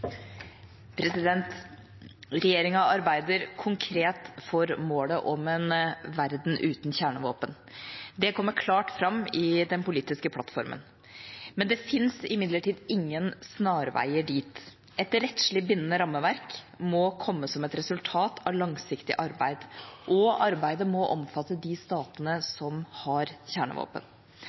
Regjeringa arbeider konkret for målet om en verden uten kjernevåpen. Det kommer klart fram i den politiske plattformen. Det fins imidlertid ingen snarveier dit. Et rettslig bindende rammeverk må komme som et resultat av langsiktig arbeid, og arbeidet må omfatte de statene som har kjernevåpen.